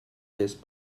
this